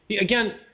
Again